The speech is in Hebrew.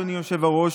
אדוני היושב-ראש,